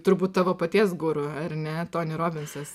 turbūt tavo paties guru ar ne toni robinsas